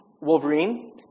Wolverine